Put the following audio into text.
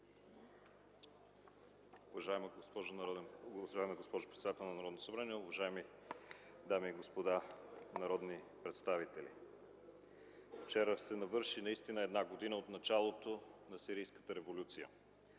Уважаема госпожо председател на Народното събрание, уважаеми дами и господа народни представители! Вчера се навърши една година от началото на сирийската революция.